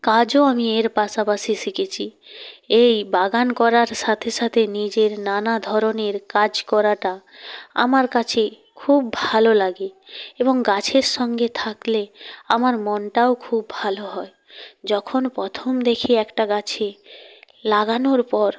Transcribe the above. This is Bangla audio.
কাজও আমি এর পাশাপাশি শিখেছি এই বাগান করার সাথে সাথে নিজের নানা ধরনের কাজ করাটা আমার কাছে খুব ভালো লাগে এবং গাছের সঙ্গে থাকলে আমার মনটাও খুব ভালো হয় যখন প্রথম দেখি একটা গাছে লাগানোর পর